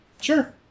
Sure